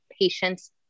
patients